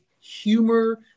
humor